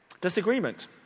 disagreement